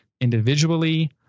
individually